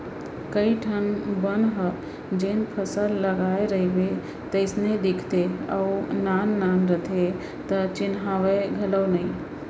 कइ ठन बन ह जेन फसल लगाय रइबे तइसने दिखते अउ नान नान रथे त चिन्हावय घलौ नइ